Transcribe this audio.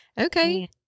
Okay